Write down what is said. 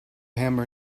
hammer